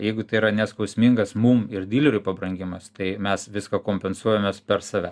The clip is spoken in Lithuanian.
jeigu tai yra neskausmingas mum ir dileriui pabrangimas tai mes viską kompensuojamės per save